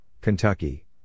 Kentucky